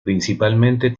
principalmente